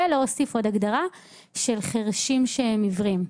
ולהוסיף עוד הגדרה של "חירשים שהם עיוורים",